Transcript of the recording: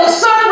son